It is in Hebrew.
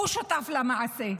הוא שותף למעשה.